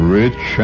rich